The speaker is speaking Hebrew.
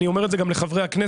אני אומר את זה גם לחברי הכנסת,